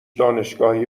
دانشگاهی